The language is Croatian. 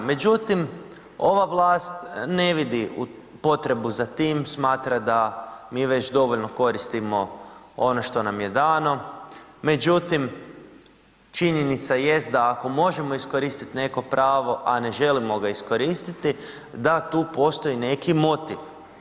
Međutim, ova vlast ne vidi potrebu za tim smatra da mi već dovoljno koristimo ono što nam je dano, međutim činjenica jest da ako možemo iskoristiti neko pravo, a ne želimo ga iskoristiti, da tu postoji neki motiv.